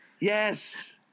Yes